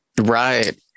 right